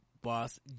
boss